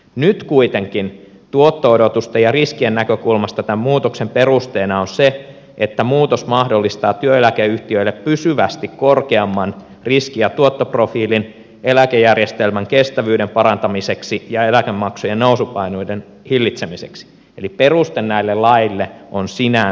nyt kuitenkin tuotto odotusten ja riskien näkökulmasta tämän muutoksen perusteena on se että muutos mahdollistaa työeläkeyhtiöille pysyvästi korkeamman riski ja tuottoprofiilin eläkejärjestelmän kestävyyden parantamiseksi ja eläkemaksujen nousupaineiden hillitsemiseksi eli peruste näille laeille on sinänsä eri